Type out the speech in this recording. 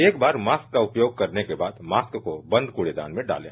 एक बार मास्क का उपयोग करने के बाद मास्क को बंद कूडेदान में डाले